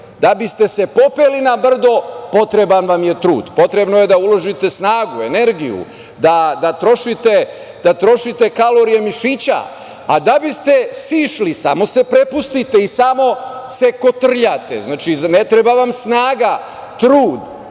Da biste ste popeli na brdo potreban vam je trud, potrebno je da uložite snagu, energiju, da trošite kalorije mišića, a da biste sišli samo se prepustite i samo se kotrljate, ne treba vam snaga, trud,